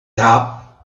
top